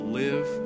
live